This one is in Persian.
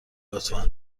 لطفا